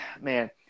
man